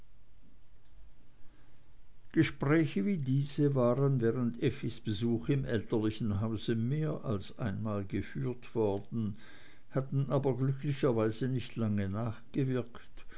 gespräche wie diese waren während effis besuch im elterlichen hause mehr als einmal geführt worden hatten aber glücklicherweise nicht lange nachgewirkt